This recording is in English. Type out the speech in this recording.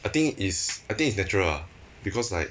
I think is I think it's natural ah because like